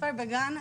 כבר בגן,